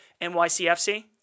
NYCFC